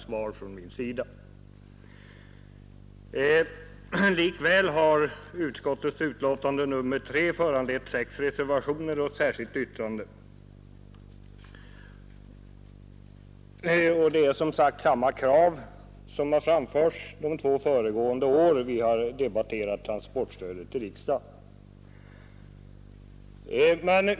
Men trots att det är samma krav som framställs nu som under de två föregående åren då vi här i riksdagen har diskuterat frågan om transportstödet, har det ändå till trafikutskottets betänkande nr 3 fogats 6 reservationer och ett särskilt yttrande.